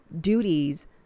duties